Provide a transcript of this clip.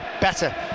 better